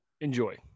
Enjoy